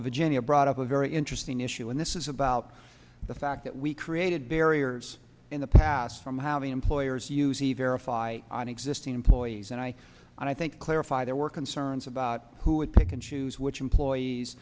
of virginia brought up a very interesting issue and this is about the fact that we created barriers in the past from how the employers use a verify on existing employees and i i think clarify there were concerns about who would pick and choose which employees